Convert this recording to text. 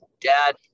Dad